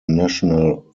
national